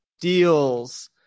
deals